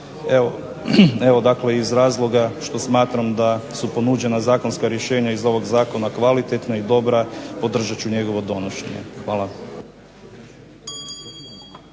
Evo dakle iz razloga što smatram da su ponuđena zakonska rješenja iz ovog zakona kvalitetna i dobra, podržat ću njegovo donošenje. Hvala.